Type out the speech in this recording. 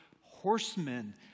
horsemen